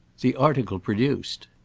the article produced.